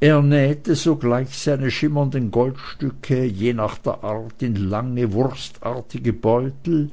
nähete sogleich seine schimmernden goldstücke je nach der art in lange wurstartige beutel